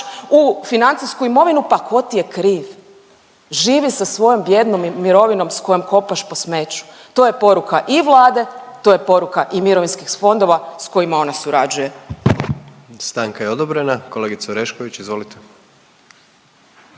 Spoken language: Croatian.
u financijsku imovinu, pa ko ti je kriv, živi sa svojom bijednom mirovinom s kojom kopaš po smeću, to je poruka i Vlade, to je poruka i mirovinskih fondova s kojima ona surađuje. **Jandroković, Gordan (HDZ)** Stanka je odobrena. Kolegice Orešković, izvolite.